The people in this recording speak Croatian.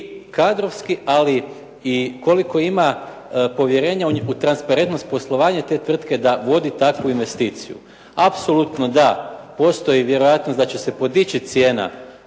kadrovski i koliko ima povjerenja u transparentnost te tvrtke da vodi takvu investiciju. Apsolutno da, postoji mogućnost da će se podići cijena